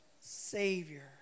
Savior